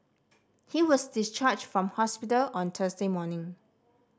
he was discharged from hospital on Thursday morning